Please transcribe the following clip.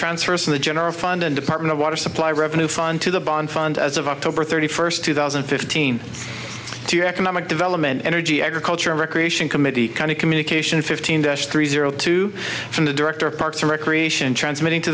transfers from the general fund and department of water supply revenue fund to the bond fund as of october thirty first two thousand and fifteen to economic development energy agriculture and recreation committee kind of communication fifteen dash three zero two from the director of parks and recreation transmitting to